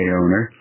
owner